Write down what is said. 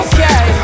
Okay